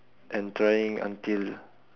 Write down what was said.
and trying until